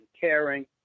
caring